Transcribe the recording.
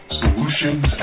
solutions